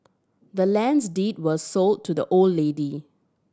the land's deed was sold to the old lady